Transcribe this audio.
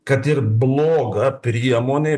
kad ir bloga priemonė